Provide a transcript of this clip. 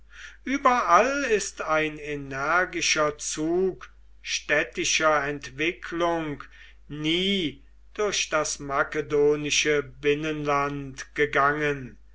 überall ist ein energischer zug städtischer entwicklung nie durch das makedonische binnenland gegangen